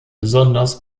besonders